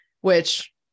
which-